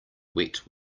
wet